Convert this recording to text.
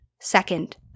Second